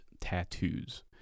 tattoos